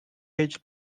his